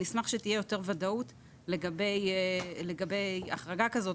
ונשמח שתהיה יותר ודאות לגבי החרגה כזו,